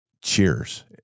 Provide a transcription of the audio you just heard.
Cheers